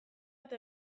eta